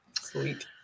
Sweet